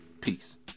peace